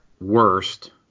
worst